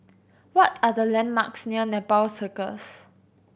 what are the landmarks near Nepal Circus